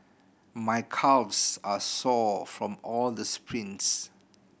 my calves are sore from all the sprints